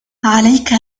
عليك